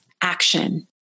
action